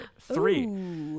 Three